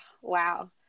wow